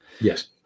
yes